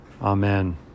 Amen